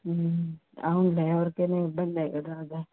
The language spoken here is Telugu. అవునులే ఎవరికి అయినా ఇబ్బందే కదా అది